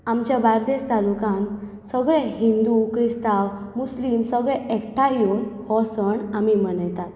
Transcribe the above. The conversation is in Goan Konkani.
आमच्या बार्देश तालुकान सगळे हिंदू क्रिस्तांव मुस्लीम सगळे एकठांय येवन हो सण आमी मनयतात